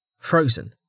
Frozen